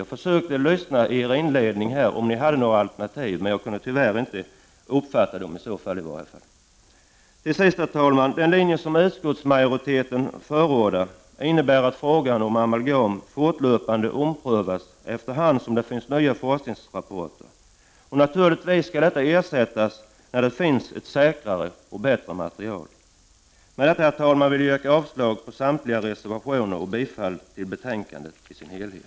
Jag försökte lyssna till era inlägg för att höra om ni hade några alternativ, men jag kunde tyvärr inte uppfatta några sådana. Herr talman! Den linje som utskottsmajoriteten förordar innebär att frågan om amalgam fortlöpande omprövas allteftersom det kommer nya forskningsrapporter. Naturligtvis skall amalgam ersättas när det finns ett säkrare och bättre material. Med detta, herr talman, vill jag yrka avslag på samtliga reservationer och bifall till hemställan i betänkandet.